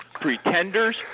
pretenders